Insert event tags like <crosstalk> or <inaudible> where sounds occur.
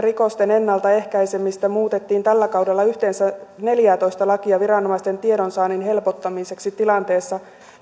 <unintelligible> rikosten ennaltaehkäisemiseksi muutettiin tällä kaudella yhteensä neljäätoista lakia viranomaisten tiedonsaannin helpottamiseksi tilanteessa